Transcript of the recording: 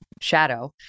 shadow